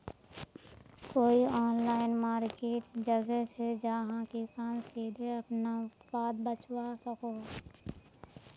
कोई online market जगह छे जहाँ किसान सीधे अपना उत्पाद बचवा सको हो?